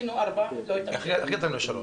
רצינו ארבעה, לא התאפשר.